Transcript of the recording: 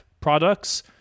products